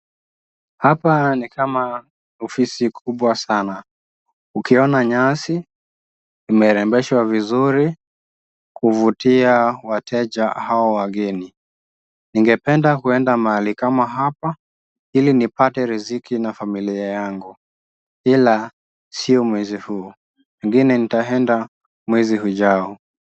Hapa ni kama ofisi kubwa sana. Ukiona nyasi imerembeshwa vizuri, kuvutia wateja hawa wageni. Ningependa kwenda mahali kama hapa ili nipate riziki na familia yangu ila sio mwezi huu. Pengine nitaenda mwezi ujao.